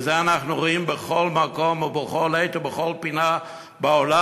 ואת זה אנחנו רואים בכל מקום ובכל עת ובכל פינה בעולם,